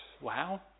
wow